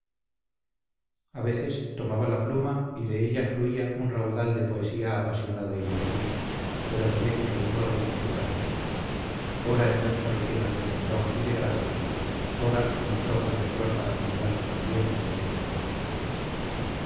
a veces tomaba la pluma y de ella fluía un raudal de poesía apasionada y dolorida pero benéfica y suave como su carácter ora en versos llenos de candor y de gracia ora en trozos de prosa armoniosa también y delicada